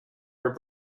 her